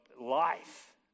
life